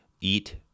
eat